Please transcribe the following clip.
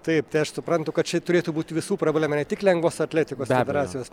taip tai aš suprantu kad čia turėtų būti visų problema ne tik lengvosios atletikos federacijos